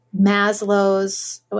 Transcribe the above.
Maslow's